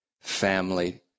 family